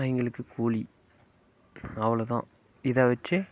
அவங்களுக்கு கூலி அவ்வளோ தான் இதை வச்சு